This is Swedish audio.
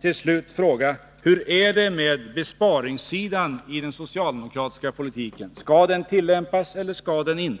till slut bara fråga: Hur är det med besparingssidan när det gäller den socialdemokratiska politiken? Skall systemet med besparingar tillämpas eller inte?